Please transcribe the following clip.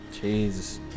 Jesus